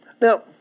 Now